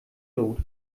lot